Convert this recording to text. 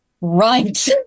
Right